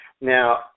now